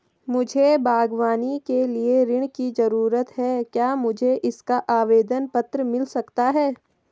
मुझे बागवानी के लिए ऋण की ज़रूरत है क्या मुझे इसका आवेदन पत्र मिल सकता है?